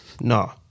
No